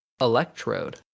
Electrode